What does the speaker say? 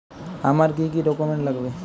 আমার কি কি ডকুমেন্ট লাগবে?